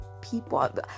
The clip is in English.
people